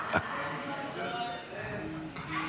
יש לי תחושה שהוא ינסה להגיד לנו מי זה בגין.